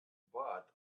but